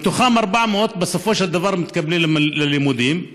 ומתוכם 400 בסופו של דבר מתקבלים ללימודים באוניברסיטאות,